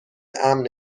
امن